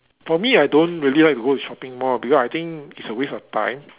for me I don't really like to go to shopping mall because I think it's a waste of time